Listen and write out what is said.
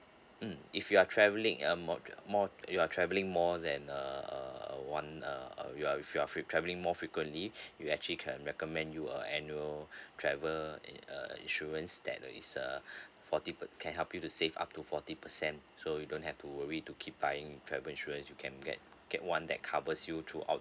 mm if you are travelling uh more uh more you are traveling more than uh one err you are with you're travelling more frequently you actually can recommend you a annual travel uh insurance that uh is uh forty per can help you to save up to forty percent so you don't have to worry to keep buying travel insurance you can get get one that covers you throughout